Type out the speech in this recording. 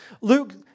Luke